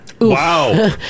Wow